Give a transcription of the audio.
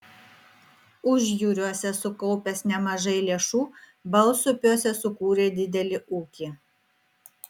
užjūriuose sukaupęs nemažai lėšų balsupiuose sukūrė didelį ūkį